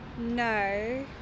No